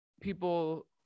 people